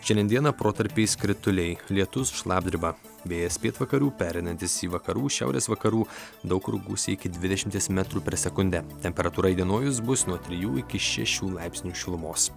šiandien dieną protarpiais krituliai lietus šlapdriba vėjas pietvakarių pereinantis į vakarų šiaurės vakarų daug kur gūsiai iki dvidešimties metrų per sekundę temperatūra įdienojus bus nuo trijų iki šešių laipsnių šilumos